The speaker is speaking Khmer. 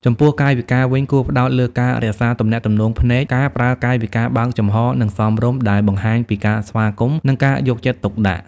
ចំពោះកាយវិការវិញ គួរផ្តោតលើការរក្សាទំនាក់ទំនងភ្នែក ការប្រើកាយវិការបើកចំហរ និងសមរម្យ ដែលបង្ហាញពីការស្វាគមន៍ និងការយកចិត្តទុកដាក់។